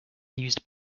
used